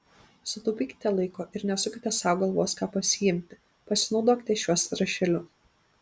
sutaupykite laiko ir nesukite sau galvos ką pasiimti pasinaudokite šiuo sąrašėliu